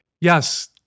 Yes